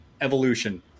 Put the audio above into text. evolution